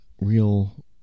real